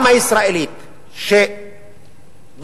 גם הישראלית שבבג"ץ,